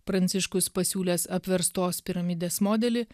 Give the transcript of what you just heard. pranciškus pasiūlęs apverstos piramidės modelį